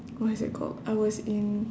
what's that called I was in